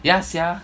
yeah sia